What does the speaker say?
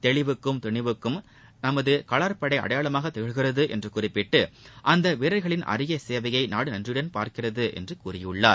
தெளிவுக்கும் துணிவுக்கும் தமது காலாட்படை அடையாளமாக திகழ்கிறது என்று குறிப்பிட்டு அந்த வீரர்களின் அரிய சேவையை நாடு நன்றியுடன் பார்க்கிறது என்றும் கூறியிருக்கிறார்